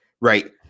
right